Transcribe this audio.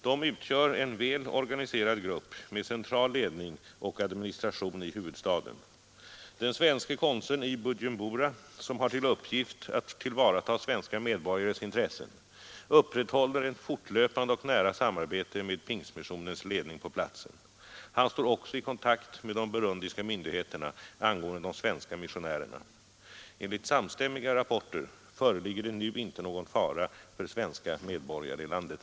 De utgör en väl organiserad grupp med central ledning och administration i huvudstaden. Den svenske konsuln i Bujumbura, som har till uppgift att tillvarata svenska medborgares intressen, upprätthåller ett fortlöpande och nära samarbete med Pingstmissionens ledning på platsen. Han står också i kontakt med de burundiska myndigheterna angående de svenska missionärerna. Enligt samstämmiga rapporter föreligger det nu inte någon fara för svenska medborgare i landet.